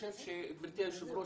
גבירתי יושבת הראש,